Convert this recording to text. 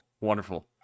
wonderful